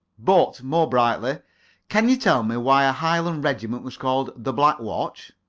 but more brightly can you tell me why a highland regiment was called the black watch?